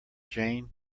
jane